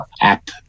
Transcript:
app